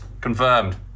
confirmed